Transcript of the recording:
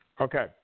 Okay